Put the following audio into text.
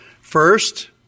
First